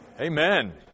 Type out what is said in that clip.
Amen